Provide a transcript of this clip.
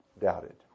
doubted